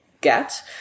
get